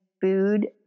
food